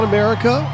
America